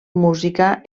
música